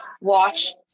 watch